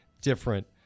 different